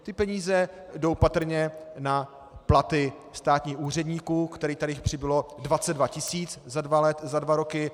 Ty peníze jdou patrně na platy státních úředníků, kterých tady přibylo 22 tisíc za dva roky.